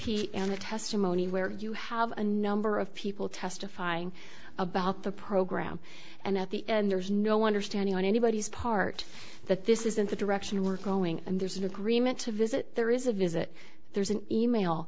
on the testimony where you have a number of people testifying about the program and at the end there is no understanding on anybody's part that this isn't the direction we're going and there's an agreement to visit there is a visit there's an email